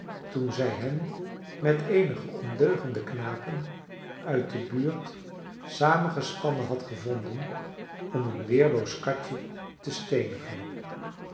toen zij hen met eenige ondeugende knapen uit de buurt samengespannen had gevonden om een weerloos katje te steenigen